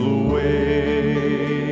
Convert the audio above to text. away